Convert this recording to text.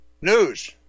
News